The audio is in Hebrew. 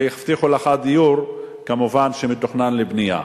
והבטיחו לך דיור, כמובן שמתוכנן לבנייה.